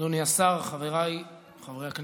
אדוני השר, חבריי חברי הכנסת,